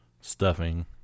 stuffing